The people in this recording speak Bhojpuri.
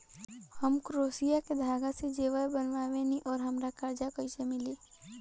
हम क्रोशिया के धागा से जेवर बनावेनी और हमरा कर्जा कइसे मिली?